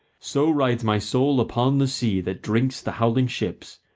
so rides my soul upon the sea that drinks the howling ships,